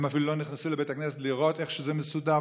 הם אפילו לא נכנסו לבית הכנסת לראות איך שזה מסודר,